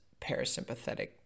parasympathetic